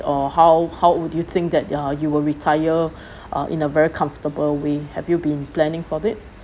or how how would you think that uh you will retire uh in a very comfortable way have you been planning for it